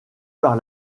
par